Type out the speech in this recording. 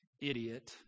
Idiot